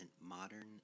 Modern